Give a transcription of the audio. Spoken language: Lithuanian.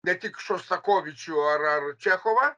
ne tik šostakovičių ar ar čechovą